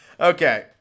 okay